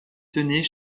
tenaient